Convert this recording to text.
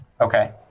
Okay